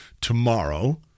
tomorrow